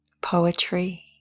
poetry